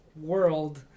world